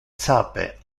sape